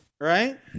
Right